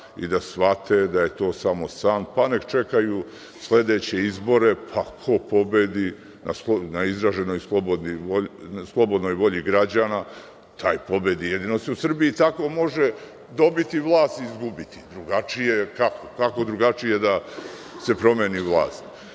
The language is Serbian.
i da shvate da je to samo san, pa nek čekaju sledeće izbore, pa ko pobedi slobodnom voljom građana, taj pobedi. Jedino se u Srbiji tako može dobiti vlast i izgubiti. Kako drugačije da se promeni vlast? Kažu